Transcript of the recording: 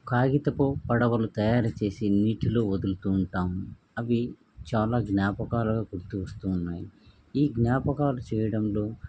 కాగితపు పడవలు తయారు చేసి నీటిలో వదులుతు ఉంటాము అవి చాలా జ్ఞాపకాలుగా గుర్తు వస్తు ఉన్నాయి ఈ జ్ఞాపకాలు చేయడంలో